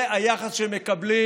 זה היחס שהם מקבלים